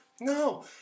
No